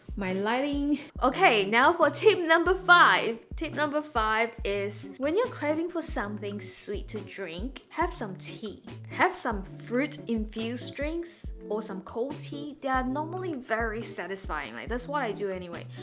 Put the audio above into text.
my lighting okay, now for tip number five! tip number five is when you're craving for something sweet to drink, have some tea. have some fruit-infused drinks, or some cold tea. they're normally very satisfying. that's what i do anyway.